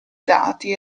dati